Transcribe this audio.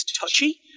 touchy